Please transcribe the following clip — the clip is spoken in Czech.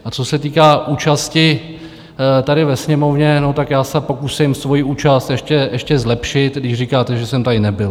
A co se týká účasti tady ve Sněmovně, tak já se pokusím svoji účast ještě zlepšit, když říkáte, že jsem tady nebyl.